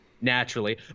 Naturally